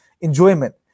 enjoyment